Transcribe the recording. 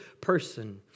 person